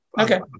Okay